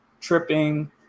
tripping